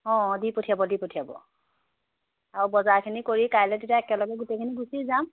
অঁ দি পঠিয়াব দি পঠিয়াব আৰু বজাৰখিনি কৰি কাইলৈ তেতিয়া একেলগে গোটেইখিনি গুচি যাম